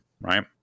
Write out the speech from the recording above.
right